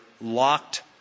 locked